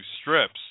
strips